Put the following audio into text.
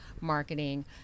marketing